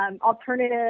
alternative